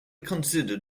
considered